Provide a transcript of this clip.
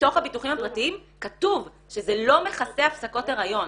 בתוך הביטוחים הפרטיים כתוב שזה לא מכסה הפסקות הריון.